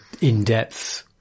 in-depth